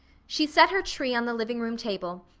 she set her tree on the living room table,